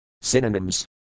Synonyms